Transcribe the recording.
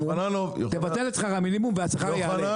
תבטל את שכר המינימום והשכר יעלה.